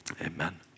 Amen